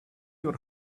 your